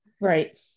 Right